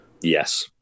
yes